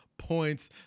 points